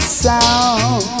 sound